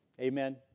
Amen